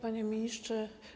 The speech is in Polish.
Panie Ministrze!